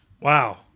Wow